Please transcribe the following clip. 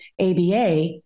ABA